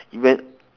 when